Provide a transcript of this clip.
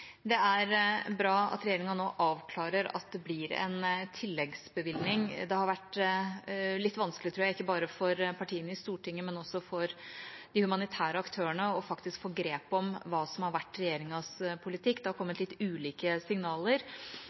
Det er bra at regjeringen nå avklarer at det blir en tilleggsbevilgning. Det har vært litt vanskelig, tror jeg, ikke bare for partiene i Stortinget, men også for de humanitære aktørene, faktisk å få grep om hva som har vært regjeringas politikk. Det har kommet litt ulike signaler.